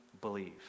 believe